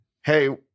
Hey